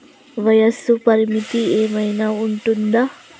వయస్సు పరిమితి ఏమైనా ఉంటుందా?